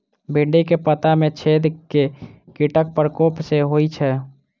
भिन्डी केँ पत्ता मे छेद केँ कीटक प्रकोप सऽ होइ छै?